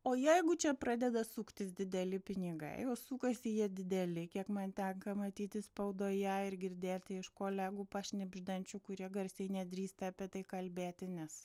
o jeigu čia pradeda suktis dideli pinigai o sukasi jie dideli kiek man tenka matyti spaudoje ir girdėti iš kolegų pašnibždančių kurie garsiai nedrįsta apie tai kalbėti nes